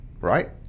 right